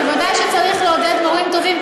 ודאי שצריך לעודד מורים טובים,